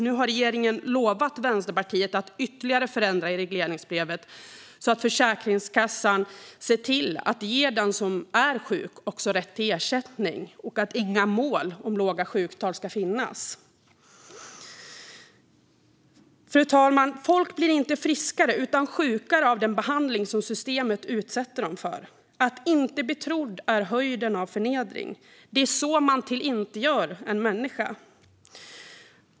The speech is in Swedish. Nu har regeringen lovat Vänsterpartiet att ytterligare förändra regleringsbrevet så att Försäkringskassan ser till att ge den som är sjuk rätt till ersättning. Och inga mål om låga sjuktal ska finnas. Fru talman! Folk blir inte friskare utan sjukare av den behandling som systemet utsätter dem för. Att inte bli trodd är höjden av förnedring. Det är så man tillintetgör en människa.